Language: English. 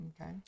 Okay